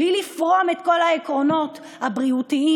בלי לפרום את כל העקרונות הבריאותיים